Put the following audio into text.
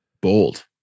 bold